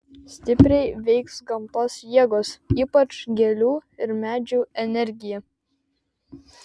stipriai veiks gamtos jėgos ypač gėlių ir medžių energija